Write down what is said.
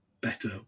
better